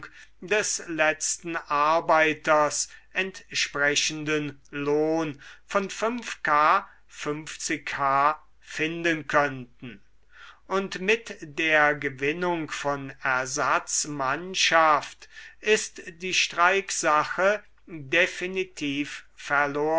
des letzten arbeiters entsprechenden lohn von ö k h finden könnten und mit der gewinnung von ersatzmannschaft ist die